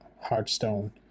Hearthstone